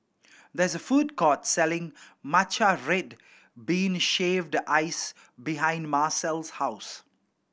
there is a food court selling matcha red bean shaved ice behind Marcel's house